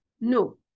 No